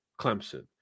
Clemson